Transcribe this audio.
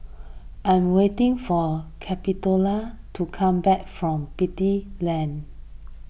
I am waiting for Capitola to come back from Beatty Lane